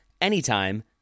anytime